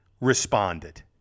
responded